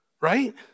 Right